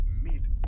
mid